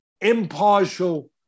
impartial